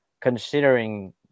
considering